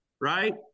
right